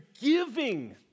giving